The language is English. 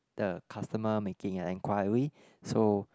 the customer making and enquiry so